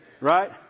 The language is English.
right